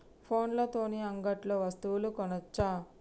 ఫోన్ల తోని అంగట్లో వస్తువులు కొనచ్చా?